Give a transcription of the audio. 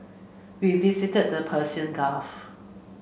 we visited the Persian Gulf